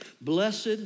Blessed